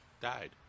died